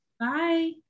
Bye